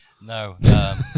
No